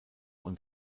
und